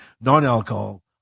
non-alcohol